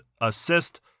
assist